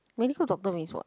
medical doctor means what